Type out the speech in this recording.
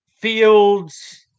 Fields